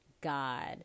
God